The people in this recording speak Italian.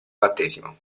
battesimo